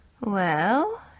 Well